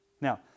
now